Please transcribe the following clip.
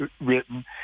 written